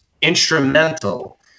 instrumental